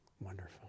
Wonderful